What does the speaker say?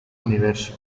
universo